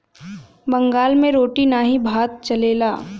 बंगाल मे रोटी नाही भात चलेला